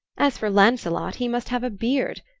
as for lancelot, he must have a beard.